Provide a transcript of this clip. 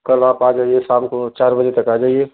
कल आप आ जाइए शाम को चार बजे तक आ जाइए